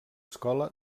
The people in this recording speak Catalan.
escola